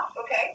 okay